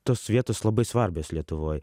tos vietos labai svarbios lietuvoj